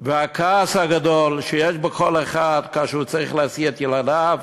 והכעס הגדול שיש בכל אחד כאשר הוא צריך להשיא את ילדיו,